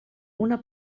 una